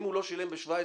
אם הוא לא שילם גם ב-2017,